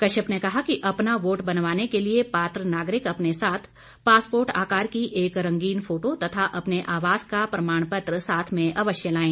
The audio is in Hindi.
कश्यप ने कहा कि अपना वोट बनवाने के लिए पात्र नागरिक अपने साथ पासपोर्ट आकार की एक रंगीन फोटो तथा अपने आवास का प्रमाणपत्र साथ में अवश्य लाएं